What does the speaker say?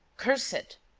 curse it!